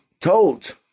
told